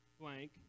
blank